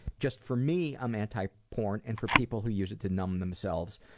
just for me i'm anti-porn and for people who use it to numb themselves,